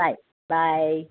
bye bye